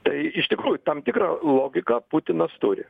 tai iš tikrųjų tam tikrą logiką putinas turi